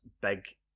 big